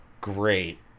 great